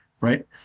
right